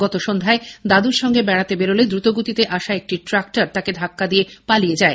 গত সন্ধ্যায় দাদুর সঙ্গে বেড়াতে বেরোলে দ্রুত গতিতে আসা একটি ট্রাক্টর তাকে ধাক্কা দিয়ে পালিয়ে যায়